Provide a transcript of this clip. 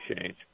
change